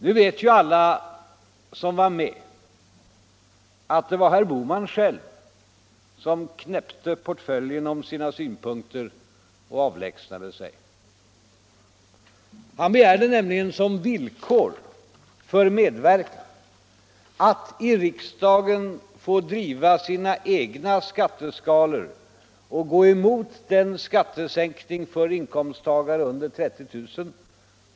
Nu vet alla som var med att det var herr Bohman själv som knäppte portföljen om sina synpunkter och avlägsnade sig. Han begärde nämligen som villkor för medverkan att i riksdagen få driva sina egna skatteskalor och gå emot den skattesänkning för inkomsttagare under 30 000 kr.